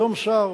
היום שר,